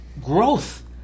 growth